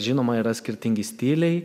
žinoma yra skirtingi stiliai